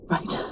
Right